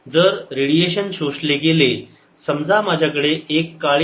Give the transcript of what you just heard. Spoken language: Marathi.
जर रेडिएशन शोषले गेले समजा माझ्याकडे एक काळी शीट आहे पण ते परावर्तित होत आहे